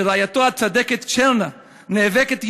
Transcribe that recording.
שרעייתו הצדקת צ'רנה נאבקת יום-יום,